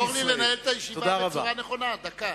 תעזור לי לנהל את הישיבה בצורה נכונה, דקה.